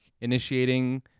initiating